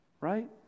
right